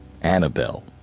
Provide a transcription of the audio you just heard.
Annabelle